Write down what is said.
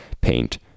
paint